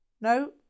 No